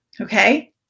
okay